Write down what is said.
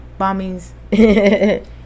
Bombings